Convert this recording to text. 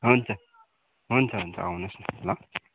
हुन्छ हुन्छ हुन्छ आउनुहोस् न